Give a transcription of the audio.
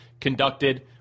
conducted